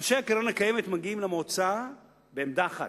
אנשי הקרן הקיימת מגיעים למועצה בעמדה אחת,